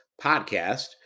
podcast